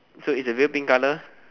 so is the veil pink colour